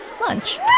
lunch